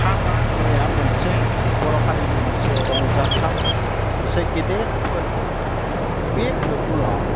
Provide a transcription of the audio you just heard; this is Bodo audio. हाबा होन्नाया मोनसे बर' हारिनि मोनसे रंजाथाव मोनसे गेदेर फोरबो बे फोरबोआव